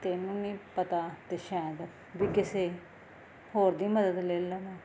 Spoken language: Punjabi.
ਤੈਨੂੰ ਨਹੀਂ ਪਤਾ ਤਾਂ ਸ਼ਾਇਦ ਵੀ ਕਿਸੇ ਹੋਰ ਦੀ ਮਦਦ ਲੈ ਲਵਾਂ